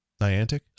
Niantic